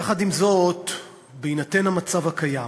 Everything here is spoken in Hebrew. יחד עם זאת, בהינתן המצב הקיים